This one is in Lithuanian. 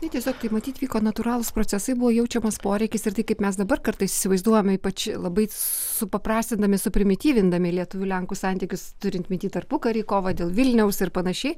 tai tiesiog taip matyt vyko natūralūs procesai buvo jaučiamas poreikis ir taip kaip mes dabar kartais įsivaizduojame ypač labai supaprastindami suprimityvindami lietuvių lenkų santykius turint minty tarpukary kovą dėl vilniaus ir panašiai